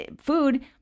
food